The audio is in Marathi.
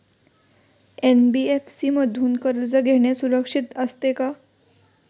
एन.बी.एफ.सी मधून कर्ज घेणे सुरक्षित असते का?